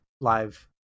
live